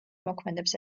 მოქმედებს